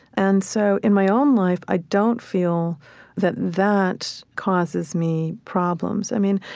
and so, in my own life, i don't feel that that causes me problems. i mean,